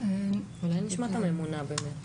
אולי נשמע את הממונה באמת.